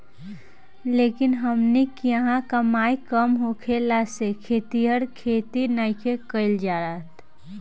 लेकिन हमनी किहाँ कमाई कम होखला से खेतिहर खेती नइखे कईल चाहत